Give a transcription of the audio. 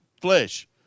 flesh